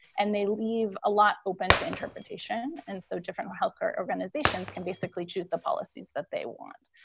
and they leave a lot open to interpretation and so different healthcare organizations can basically choose the policies that they want.